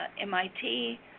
MIT